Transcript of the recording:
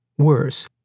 Worse